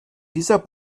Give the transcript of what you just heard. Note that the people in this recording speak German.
dieser